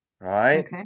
right